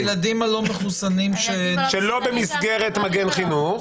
הילדים הלא מחוסנים שלא --- שלא במסגרת מגן חינוך.